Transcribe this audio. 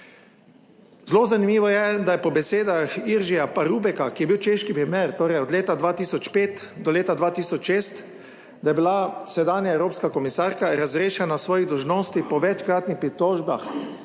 Zelo zanimivo je, da je po besedah Irgija Parubeka(?), ki je bil češki primer(?), torej od leta 2005 do leta 2006, da je bila sedanja evropska komisarka razrešena svojih dolžnosti po večkratnih pritožbah